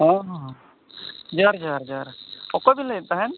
ᱦᱮᱸ ᱡᱚᱦᱟᱨ ᱡᱚᱦᱟᱨ ᱚᱠᱚᱭ ᱵᱤᱱ ᱞᱟᱹᱭᱮᱫ ᱛᱟᱦᱮᱫ